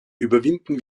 überwinden